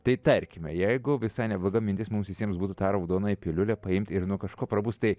tai tarkime jeigu visai nebloga mintis mums visiems būtų tą raudonąją piliulę paimti ir nuo kažko prabust tai